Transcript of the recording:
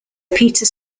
peter